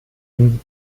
dem